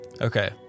Okay